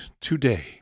today